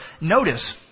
notice